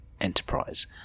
Enterprise